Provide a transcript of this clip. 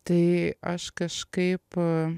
tai aš kažkaip